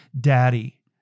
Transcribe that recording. Daddy